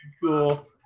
cool